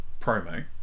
promo